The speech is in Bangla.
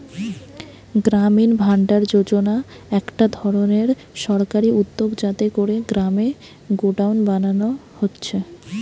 গ্রামীণ ভাণ্ডার যোজনা একটা ধরণের সরকারি উদ্যগ যাতে কোরে গ্রামে গোডাউন বানানা হচ্ছে